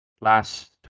last